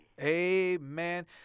Amen